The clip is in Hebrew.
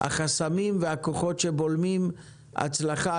החסמים והכוחות שבולמים הצלחה.